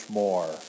more